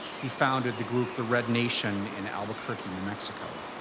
he founded the group the red nation in albuquerque, new mexico.